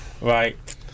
Right